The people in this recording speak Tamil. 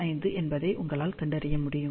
05 என்பதை உங்களால் கண்டறிய முடியும்